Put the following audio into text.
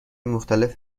مختلف